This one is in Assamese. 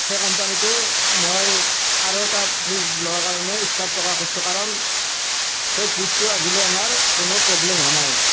সেই কোম্পানীটো মই আৰু এটা ফ্ৰিজ লোৱাৰ কাৰণে ইচ্ছা প্ৰকাশ কৰিছোঁ কাৰণ সেই ফ্ৰিজটো আজিলৈ আমাৰ কোনো প্ৰব্লেম হোৱা নাই